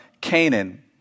Canaan